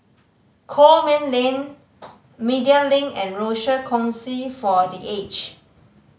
Coleman Lane Media Link and Rochor Kongsi for The Aged